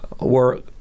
work